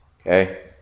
Okay